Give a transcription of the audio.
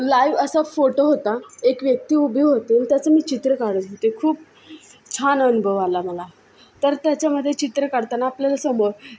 live असं photo होता एक व्यक्ती उभी होती आणि त्याचं मी चित्र काढत होते खूप छान अनुभव आला मला तर त्याच्यामध्ये चित्र काढताना आपल्याला समोर